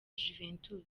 juventus